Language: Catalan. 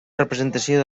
representació